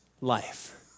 life